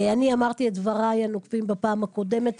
אני אמרתי את דבריי הנוקבים בפעם הקודמת,